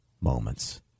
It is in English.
moments